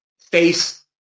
face